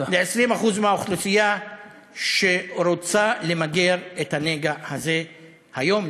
ל-20% מהאוכלוסייה שרוצה למגר את הנגע הזה היום,